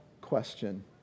question